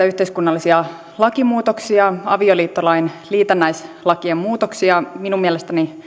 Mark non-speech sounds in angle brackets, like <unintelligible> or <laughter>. <unintelligible> yhteiskunnallisia lakimuutoksia avioliittolain liitännäislakien muutoksia minun mielestäni